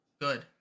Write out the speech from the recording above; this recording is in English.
good